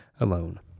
alone